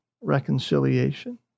Reconciliation